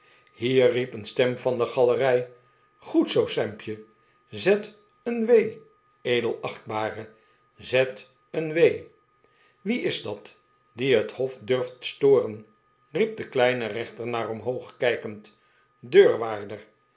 hier riep een stem van de galerij goed zoo sampje zet een w edelachtbare zet een w wie is dat die het hof durft storen riep de kleine rechter naar omhoog kijkend deurwaarder